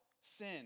sin